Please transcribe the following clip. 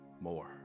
more